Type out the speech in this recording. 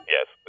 Yes